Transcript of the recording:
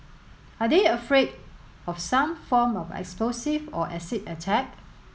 are they afraid of some form of explosive or acid attack